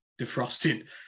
defrosted